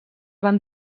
van